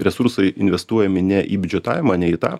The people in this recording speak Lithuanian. resursai investuojami ne į biudžetavimą ne į tą